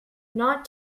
not